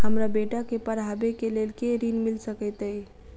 हमरा बेटा केँ पढ़ाबै केँ लेल केँ ऋण मिल सकैत अई?